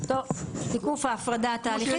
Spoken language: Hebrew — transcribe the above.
תיקוף ההפרדה התהליכית.